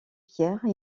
pierres